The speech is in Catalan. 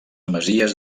masies